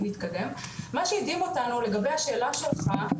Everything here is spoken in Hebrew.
מה שהדהים אותנו לגבי השאלה שלך,